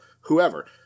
whoever